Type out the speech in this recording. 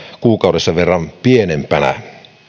kuukaudessa verran pienempänä